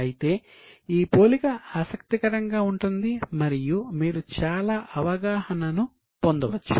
అయితే ఈ పోలిక ఆసక్తికరంగా ఉంటుంది మరియు మీరు చాలా అవగాహనను పొందవచ్చు